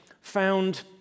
found